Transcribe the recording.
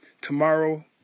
Tomorrow